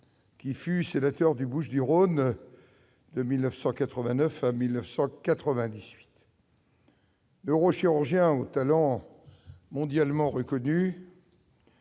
qui fut sénateur des Bouches-du-Rhône de 1989 à 1998. Neurochirurgien au talent mondialement reconnu,